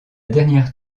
dernière